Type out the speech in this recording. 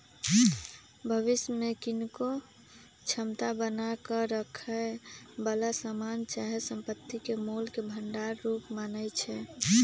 भविष्य में कीनेके क्षमता बना क रखेए बला समान चाहे संपत्ति के मोल के भंडार रूप मानइ छै